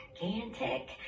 gigantic